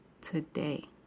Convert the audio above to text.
today